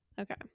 okay